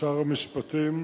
נמנעים.